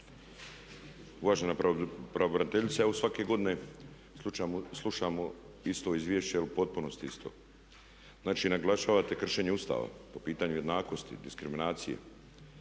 Uvažena pravobraniteljice evo svake godine slušamo isto izvješće, u potpunosti isto. Znači, naglašavate kršenje Ustava po pitanju jednakosti, diskriminacije.